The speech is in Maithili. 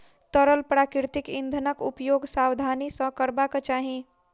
तरल प्राकृतिक इंधनक उपयोग सावधानी सॅ करबाक चाही